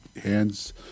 hands